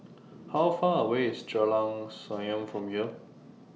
How Far away IS Jalan Senyum from here